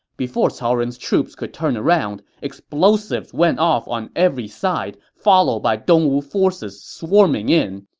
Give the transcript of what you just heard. before cao ren's troops could turn around, explosives went off on every side, followed by dongwu forces swarming in.